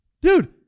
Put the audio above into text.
Dude